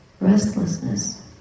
restlessness